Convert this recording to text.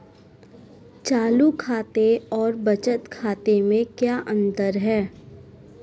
चालू खाते और बचत खाते में क्या अंतर है?